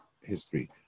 history